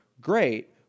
Great